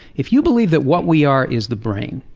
if you believe that what we are is the brain,